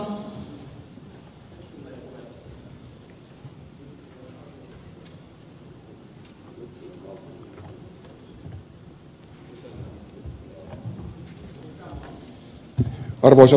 arvoisa puhemies